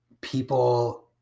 people